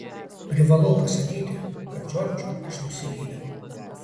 privalau pasakyti kad džordžu aš nusivyliau